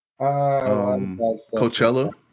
Coachella